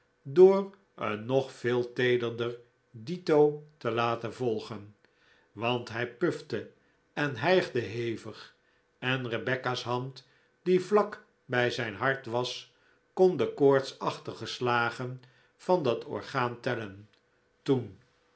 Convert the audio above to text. door een nog veel teederder dito te laten volgen want hij pufte en hijgde hevig en rebecca's hand die vlak bij zijn hart was kon de koortsachtige slagen van dat orgaan tellen toen